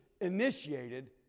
initiated